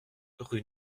rue